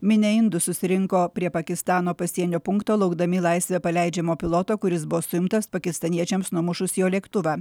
minia indų susirinko prie pakistano pasienio punkto laukdami į laisvę paleidžiamo piloto kuris buvo suimtas pakistaniečiams numušus jo lėktuvą